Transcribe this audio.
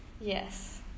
Yes